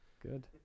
good